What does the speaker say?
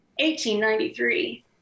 1893